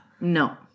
No